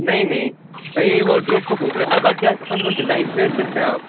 نہیں نہیں میں وورڈروپ کو پوچ رہا تھا باقی آپ کے پاس وہ ڈیزائنس بھی ایڈ کرتے ہیں آپ